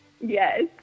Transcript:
Yes